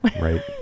Right